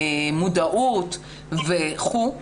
מודעות וכו'.